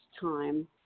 time